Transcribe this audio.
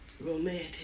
romantic